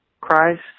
Christ